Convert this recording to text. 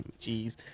Jeez